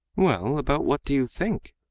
well, about what do you think?